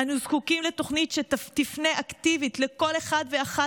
אנו זקוקים לתוכנית שתפנה אקטיבית לכל אחד ואחת